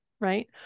right